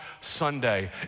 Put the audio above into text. Sunday